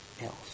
else